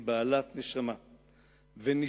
היא בעלת נשמה ונשמתה